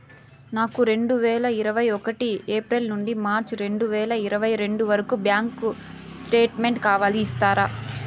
నాకు రెండు వేల ఇరవై ఒకటి ఏప్రిల్ నుండి మార్చ్ రెండు వేల ఇరవై రెండు వరకు బ్యాంకు స్టేట్మెంట్ కావాలి ఇస్తారా